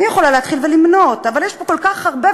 אני יכולה להתחיל ולמנות, אבל יש פה כל כך הרבה.